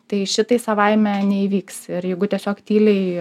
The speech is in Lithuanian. tai šitai savaime neįvyks ir jeigu tiesiog tyliai